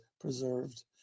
preserved